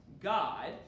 God